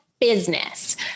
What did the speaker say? business